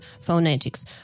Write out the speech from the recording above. phonetics